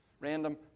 random